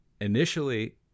initially